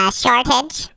shortage